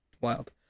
Wild